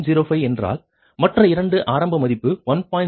05 என்றால் மற்ற இரண்டு ஆரம்ப மதிப்பு 1